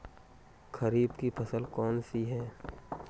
खरीफ की फसल कौन सी है?